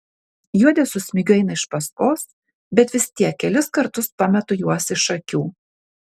juodė su smigiu eina iš paskos bet vis tiek kelis kartus pametu juos iš akių